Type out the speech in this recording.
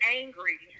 angry